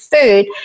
food